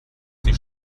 sie